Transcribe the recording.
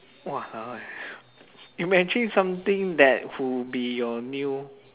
!walao! eh imagine something that would be your new